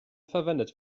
verwendet